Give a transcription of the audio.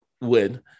win